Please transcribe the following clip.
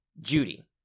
Judy